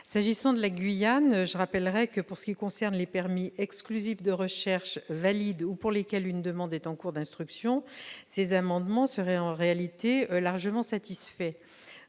S'agissant de la Guyane, je rappellerai que, pour ce qui concerne les permis exclusifs de recherches valides ou pour lesquels une demande est en cours d'instruction, ces amendements seraient en réalité largement satisfaits.